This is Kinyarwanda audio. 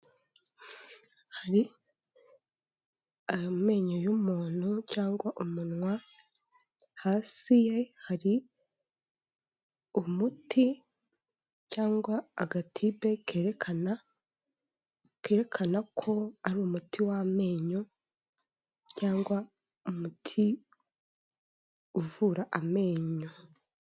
Hari ayo menyo y'umuntu cyangwa umunwa, hasi ye hari umuti cyangwa agatibe kerekana kerekana ko ari umuti w'amenyo cyangwa umuti uvura amenyo.